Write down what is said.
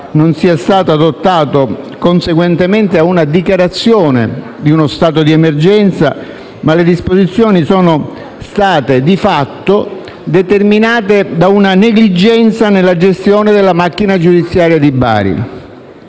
non sia stato adottato conseguentemente ad una dichiarazione di uno stato di emergenza, e che le disposizioni siano state di fatto determinate da una negligenza nella gestione della macchina giudiziaria di Bari.